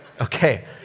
Okay